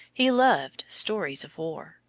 he loved stories of war.